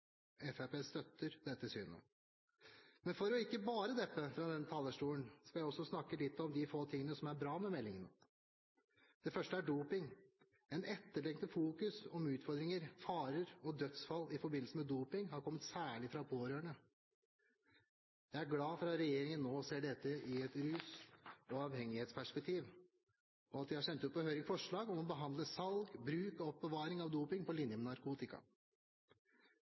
Fremskrittspartiet støtter dette synet. Men for ikke bare å deppe fra denne talerstolen skal jeg også snakke litt om de få tingene som er bra med meldingen. Det første er doping. Et etterlengtet fokus rundt utfordringer, farer og dødsfall i forbindelse med doping har kommet særlig fra pårørende. Jeg er glad for at regjeringen nå ser dette i et rus- og avhengighetsperspektiv, og at de har sendt ut på høring forslag om å behandle salg, bruk og oppbevaring av doping på linje med narkotika.